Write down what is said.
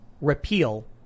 repeal